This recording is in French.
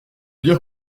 dire